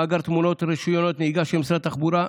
מאגר תמונות רישיונות נהיגה של משרד התחבורה,